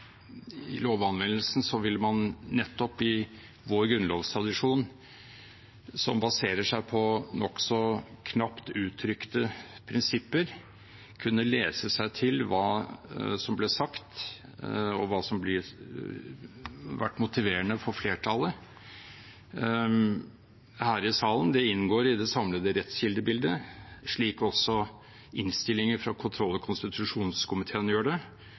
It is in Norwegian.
lovanvendelsen vil man nettopp i vår grunnlovstradisjon, som baserer seg på nokså knapt uttrykte prinsipper, kunne lese seg til hva som ble sagt, og hva som har vært motiverende for flertallet her i salen. Det inngår i det samlede rettskildebildet, slik også innstillingen fra kontroll- og konstitusjonskomiteen gjør det,